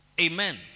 Amen